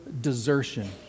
desertion